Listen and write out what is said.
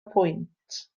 pwynt